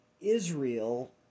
Israel